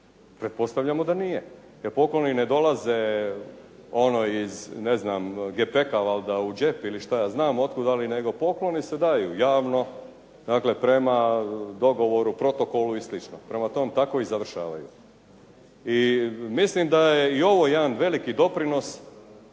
Pretpostavljamo da nije jer pokloni ne dolaze iz gepeka u džep ili šta ja znam od kuda nego pokloni se daju javno, dakle prema dogovoru, protokolu i slično. Prema tome, tako i završavaju. I mislim da je i ovo jedan veliki doprinos